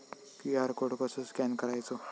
QR code कसो scan करायचो?